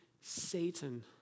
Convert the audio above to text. Satan